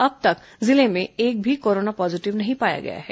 अब तक जिले में एक भी कोरोना पॉजीटिव नहीं पाया गया है